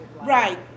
Right